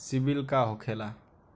सीबील का होखेला?